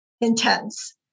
intense